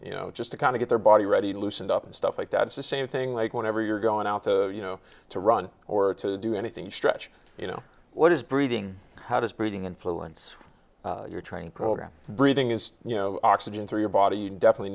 you know just to kind of get their body ready loosened up and stuff like that it's the same thing like whenever you're going out to you know to run or to do anything you stretch you know what is breathing how does breathing influence your training program breathing is you know oxygen to your body you definitely